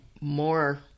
more